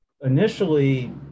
initially